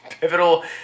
pivotal